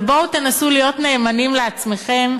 אבל בואו תנסו להיות נאמנים לעצמכם,